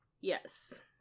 Yes